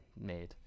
made